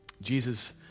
Jesus